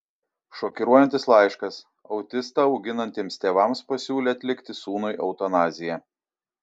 šokiruojantis laiškas autistą auginantiems tėvams pasiūlė atlikti sūnui eutanaziją